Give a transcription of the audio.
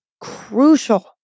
crucial